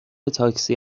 تاکسی